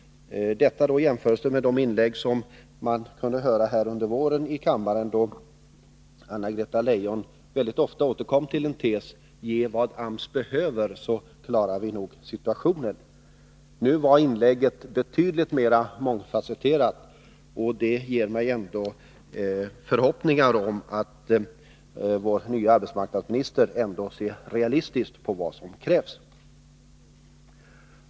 Detta i jämförelse med de inlägg som man kunde höra här i kammaren under våren, då Anna-Gretz Leijon ofta återkom till tesen: Ge åt AMS vad AMS behöver, så klarar vi nog situationen. Nu var inlägget betydligt mer mångfasetterat, och det inger mig förhoppningen att vår nya arbetsmarknadsminister ser realistiskt på vad som krävs.